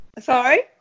sorry